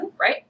right